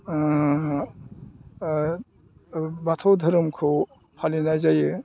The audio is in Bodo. बाथौ धोरोमखौ फालिनाय जायो